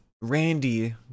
Randy